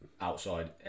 outside